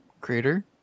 Crater